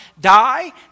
die